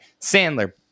Sandler